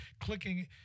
Clicking